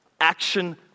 action